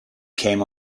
came